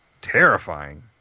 terrifying